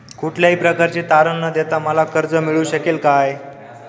कुठल्याही प्रकारचे तारण न देता मला कर्ज मिळू शकेल काय?